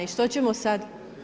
I što ćemo sada?